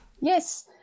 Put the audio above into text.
yes